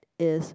is